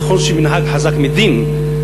נכון שמנהג חזק מדין,